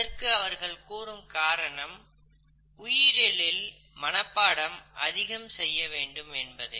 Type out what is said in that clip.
இதற்கு அவர்கள் கூறும் காரணம் உயிரியலில் மனப்பாடம் அதிகம் செய்யவேண்டும் என்பதே